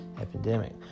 epidemic